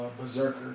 Berserker